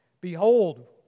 Behold